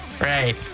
Right